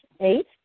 Eight